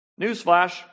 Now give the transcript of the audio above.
Newsflash